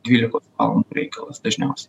dvylikos valandų reikalas dažniausiai